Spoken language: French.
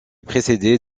précédée